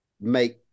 make